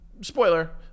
Spoiler